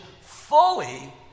fully